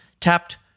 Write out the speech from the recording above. ...tapped